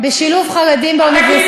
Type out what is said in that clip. לא לא,